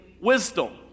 wisdom